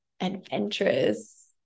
adventurous